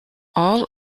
all